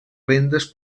rendes